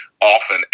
often